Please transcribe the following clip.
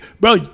Bro